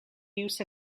use